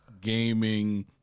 gaming